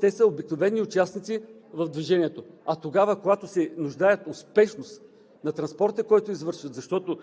те са обикновени участници в движението. А тогава, когато се нуждаят от спешност на транспорта, който извършват, защото